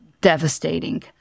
devastating